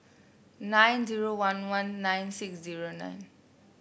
nine zero one one nine six zero nine